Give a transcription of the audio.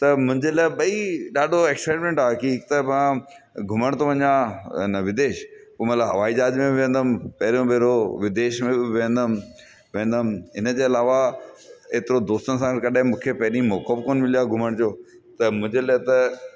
त मुंजे लाए भई ॾाढो एक्सीपैरिमेंट आ कि हिक त मां घुमण थो वञा अने विदेश पोइ मतिलबु हवाई जहाज़ में वेंदमि पहिरियों पहिरियों विदेश में बि वेंदुमि वेंदुमि इन जे अलावा एतिरो दोस्तनि सां बि कॾहिं मूंखे पहिरीं मौको कोन मिलियो आहे घुमण जो त मुंहिंजे लाइ त